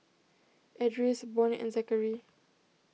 Edris Bonny and Zakary